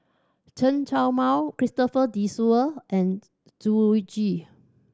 Chen Show Mao Christopher De Souza and Zhu Xu